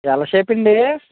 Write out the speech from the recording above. L షేపండీ